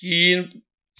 ਚੀਨ